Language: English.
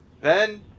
Ben